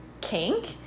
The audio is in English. kink